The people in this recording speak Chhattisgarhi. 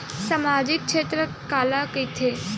सामजिक क्षेत्र काला कइथे?